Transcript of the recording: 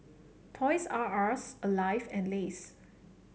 Toys R Us Alive and Lays